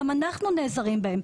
גם אנחנו נעזרים בהם.